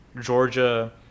georgia